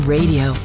Radio